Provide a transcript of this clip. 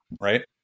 right